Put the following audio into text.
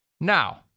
Now